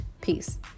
Peace